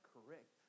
Correct